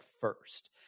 first